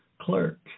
Clerk